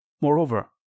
moreover